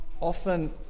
often